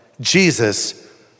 Jesus